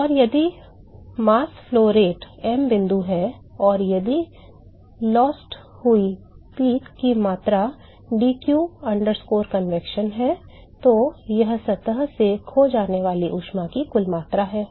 और यदि द्रव्यमान प्रवाह m बिंदु है और यदि खोई हुई चोटी की मात्रा dq convection है तो यह सतह से खो जाने वाली ऊष्मा की कुल मात्रा है